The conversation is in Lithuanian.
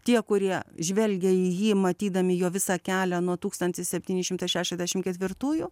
tie kurie žvelgia į jį matydami jo visą kelią nuo tūkstantis septyni šimtai šešiasdešimt ketvirtųjų